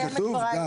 כתוב גז.